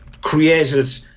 created